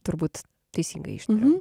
turbūt teisingai ištariau